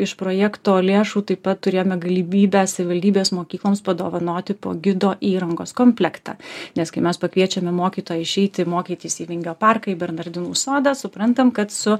iš projekto lėšų taip pat turėjome galimybę savivaldybės mokykloms padovanoti po gido įrangos komplektą nes kai mes pakviečiame mokytoją išeiti mokytis į vingio parką į bernardinų sodą suprantam kad su